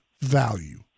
value